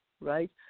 right